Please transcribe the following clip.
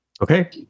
Okay